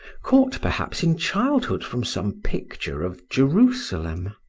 caught perhaps in childhood from some picture of jerusalem.